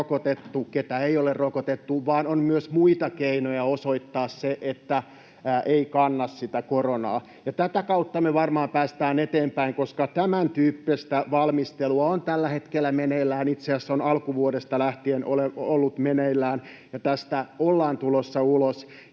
on myös muita keinoja osoittaa se, että ei kanna koronaa. Ja tätä kautta me varmaan päästään eteenpäin, koska tämäntyyppistä valmistelua on tällä hetkellä meneillään — itse asiassa on alkuvuodesta lähtien ollut meneillään. Tästä ollaan tulossa ulos,